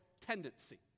tendency